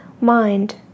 mind